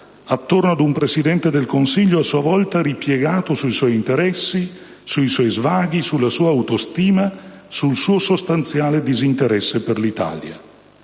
attorno ad un Presidente del Consiglio a sua volta ripiegato sui suoi interessi, sui suoi svaghi, sulla sua autostima, sul suo sostanziale disinteresse per l'Italia.